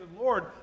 Lord